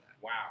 Wow